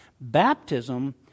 Baptism